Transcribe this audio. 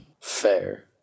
fair